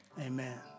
Amen